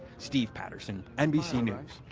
steve patterson, nbc news.